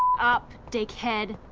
up, dickhead.